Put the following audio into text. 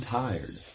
tired